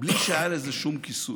בלי שהיה לזה שום כיסוי.